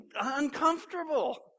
uncomfortable